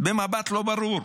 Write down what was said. במבט לא ברור,